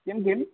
किं किं